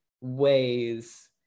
ways